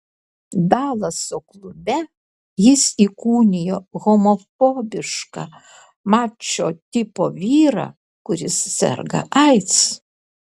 dalaso klube jis įkūnijo homofobišką mačo tipo vyrą kuris serga aids